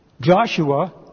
Joshua